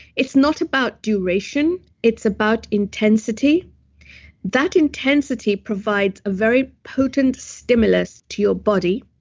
it's not about duration, it's about intensity that intensity provides a very potent stimulus to your body,